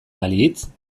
balitz